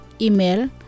Email